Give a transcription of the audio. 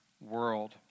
world